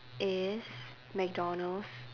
is McDonald's